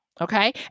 Okay